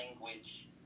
language